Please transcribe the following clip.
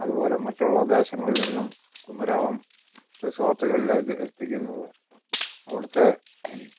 അതുപോലെ മറ്റുള്ള ദേശങ്ങളിൽ നിന്നും കുമരകം റിസോർട്ടുകളിലേക്ക് എത്തിക്കുന്നത് അവിടുത്തെ